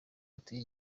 atuye